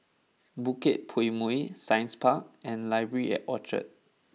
Bukit Purmei Science Park and Library at Orchard